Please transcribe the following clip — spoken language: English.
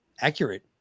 accurate